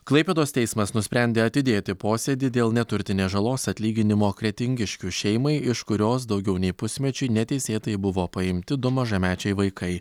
klaipėdos teismas nusprendė atidėti posėdį dėl neturtinės žalos atlyginimo kretingiškių šeimai iš kurios daugiau nei pusmečiui neteisėtai buvo paimti du mažamečiai vaikai